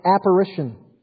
apparition